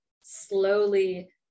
slowly